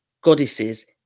goddesses